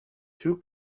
two